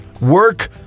work